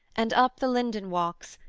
and up the linden walks,